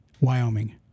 Wyoming